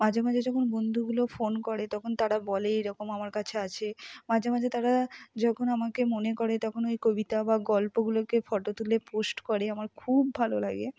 মাঝে মাঝে যখন বন্ধুগুলো ফোন করে তখন তারা বলে এইরকম আমার কাছে আছে মাঝে মাঝে তারা যখন আমাকে মনে করে তখন ওই কবিতা বা গল্পগুলোকে ফটো তুলে পোস্ট করে আমার খুব ভালো লাগে